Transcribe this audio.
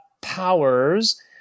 Powers